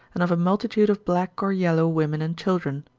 and of a multitude of black or yellow women and children.